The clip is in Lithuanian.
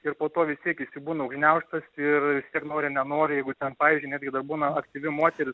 ir po to vis tiek jisai būna užgniaužtas ir vis tiek nori nenori jeigu ten pavyzdžiui netgi da būna aktyvi moteris